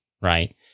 right